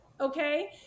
okay